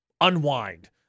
unwind